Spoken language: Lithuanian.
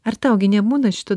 ar tau gi nebūna šito